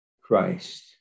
Christ